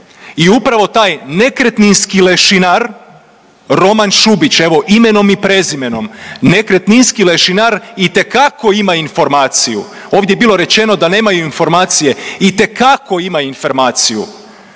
I upravo taj nekretninski lešinar Roman Šubić, evo imenom i prezimenom, nekretninski lešinar itekako ima informaciju. Ovdje je bilo rečeno da nemaju informacije, itekako ima informaciju